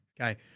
Okay